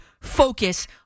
focus